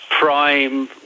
prime